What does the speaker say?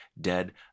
dead